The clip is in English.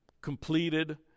completed